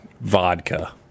Vodka